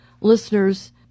listeners